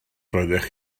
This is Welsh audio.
roeddech